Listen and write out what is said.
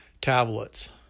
tablets